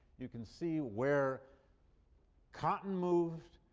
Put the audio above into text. you can see where cotton moved,